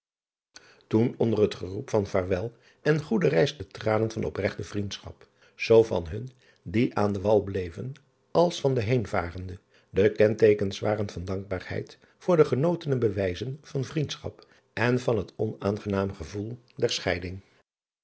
toen onder het geroep van vaarwel en goede reis de tranen van opregte vriendschap zoo van hun die aan den wal bleven als van de heenvarenden de kenteekens waren van dankbaarheid voor de genotene bewijzen van vriendschap en van het onaangenaam gevoel der scheiding